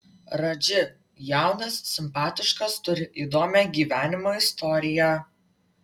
radži jaunas simpatiškas turi įdomią gyvenimo istoriją